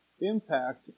impact